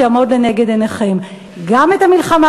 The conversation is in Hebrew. שיעמוד לנגד עיניכם: גם את המלחמה